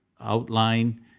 outline